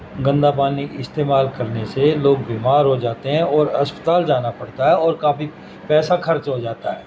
گندا پانی استعمال کرنے سے لوگ بیمار ہو جاتے ہیں اور اسپتال جانا پڑتا ہے اور کافی پیسہ خرچ ہو جاتا ہے